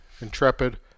intrepid